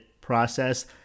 process